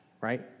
right